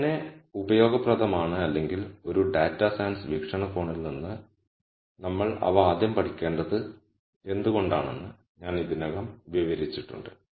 ഇവ എങ്ങനെ ഉപയോഗപ്രദമാണ് അല്ലെങ്കിൽ ഒരു ഡാറ്റാ സയൻസ് വീക്ഷണകോണിൽ നിന്ന് നമ്മൾ അവ ആദ്യം പഠിക്കേണ്ടത് എന്തുകൊണ്ടാണെന്ന് ഞാൻ ഇതിനകം വിവരിച്ചിട്ടുണ്ട്